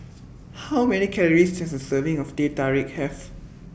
How Many Calories Does A Serving of Teh Tarik Have